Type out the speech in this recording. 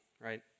right